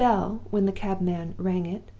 the bell, when the cabman rang it,